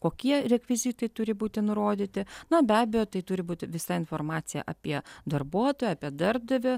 kokie rekvizitai turi būti nurodyti na be abejo tai turi būti visa informacija apie darbuotoją apie darbdavį